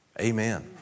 Amen